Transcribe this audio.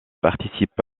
participe